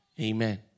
Amen